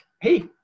hey